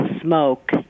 smoke